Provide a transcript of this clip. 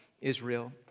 Israel